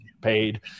paid